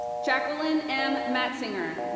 jacqueline m. matzinger.